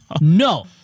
No